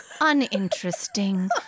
uninteresting